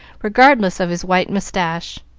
regardless of his white moustache.